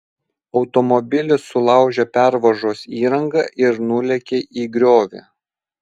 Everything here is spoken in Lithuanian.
automobilis sulaužė pervažos įrangą ir nulėkė į griovį